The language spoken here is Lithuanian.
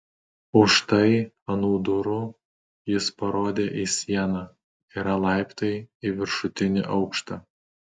už štai anų durų jis parodė į sieną yra laiptai į viršutinį aukštą